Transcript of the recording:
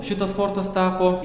šitas sportas tapo